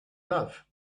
love